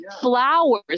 flowers